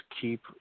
keep –